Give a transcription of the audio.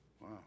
Wow